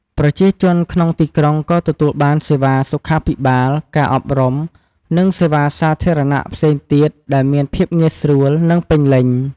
ប្រជាជនក្នុងទីក្រុងក៏ទទួលបានសេវាសុខាភិបាល ការអប់រំ និងសេវាសាធារណៈផ្សេងទៀតដែលមានភាពងាយស្រួល និងពេញលេញ។